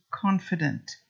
confident